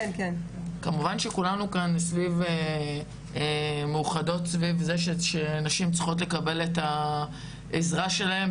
כמובן שכולנו כאן מאוחדות סביב זה שנשים צריכות לקבל את העזרה שלהן,